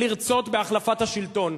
לרצות בהחלפת השלטון,